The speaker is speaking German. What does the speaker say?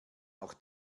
auch